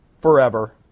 forever